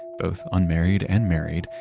both unmarried and married,